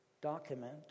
document